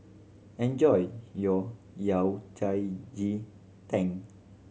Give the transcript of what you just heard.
enjoy your Yao Cai ji tang